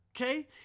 Okay